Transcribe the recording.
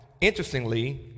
interestingly